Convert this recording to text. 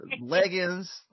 leggings